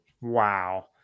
Wow